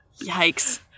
Yikes